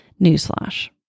newsflash